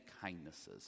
kindnesses